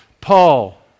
Paul